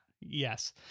Yes